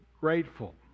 grateful